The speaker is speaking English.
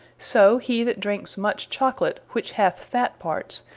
so he that drinkes much chocolate, which hath fat parts,